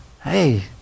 hey